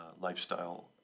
lifestyle